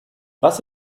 was